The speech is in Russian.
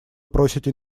просите